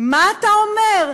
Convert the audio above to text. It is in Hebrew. מה אתה אומר?